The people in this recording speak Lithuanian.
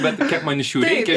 bet kiek man iš jų reikia